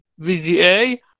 VGA